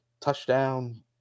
touchdown